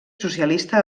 socialista